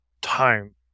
time